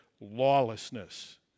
lawlessness